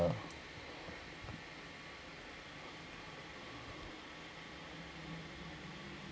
yeah